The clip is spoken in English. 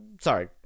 Sorry